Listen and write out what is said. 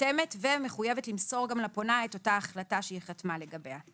חותמת ומחויבת למסור גם לפונה את אותה החלטה שהיא חתמה לגביה.